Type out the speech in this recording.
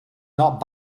not